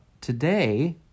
Today